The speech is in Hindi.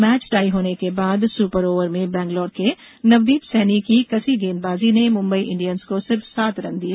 मैच टाई होने के बाद सुपर ओवर में बेंगलोर के नवदीप सैनी की कसी गेंदबाजी ने मुंबई इंडियंस को सिर्फ सात रन दिए